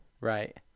Right